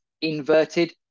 inverted